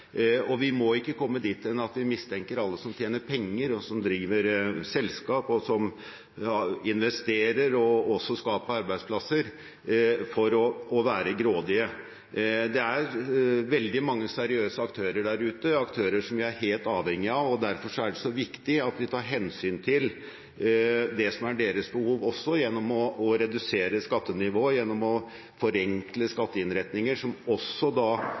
dessverre. Vi må ikke komme dit hen at vi mistenker alle som tjener penger, og som driver selskaper og investerer og også skaper arbeidsplasser, for å være grådige. Det er veldig mange seriøse aktører der ute, aktører som vi er helt avhengig av. Derfor er det så viktig at vi tar hensyn til det som er deres behov også, gjennom å redusere skattenivået, gjennom å forenkle skatteinnretninger, som også